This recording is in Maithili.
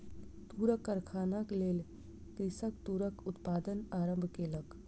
तूरक कारखानाक लेल कृषक तूरक उत्पादन आरम्भ केलक